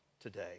today